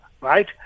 right